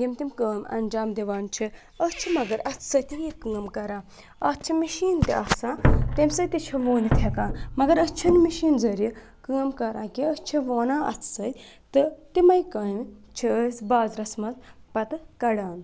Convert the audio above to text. یِم تِم کٲم اںجام دِوان چھِ أسۍ چھِ مگر اَتھٕ سۭتی یہِ کٲم کَران اَتھ چھ مِشیٖن تہِ آسان تمہِ سۭتۍ تہِ چھُ ووٗنِتھ ہٮ۪کان مَگر أسۍ چھِنہٕ مِشیٖن ذٔریعہٕ کٲم کَران کینٛہہ أسۍ چھِ وۄنان اَتھٕ سۭتۍ تہٕ تِمٕے کامہِ چھِ أسۍ بازرَس منٛز پَتہٕ کَڈان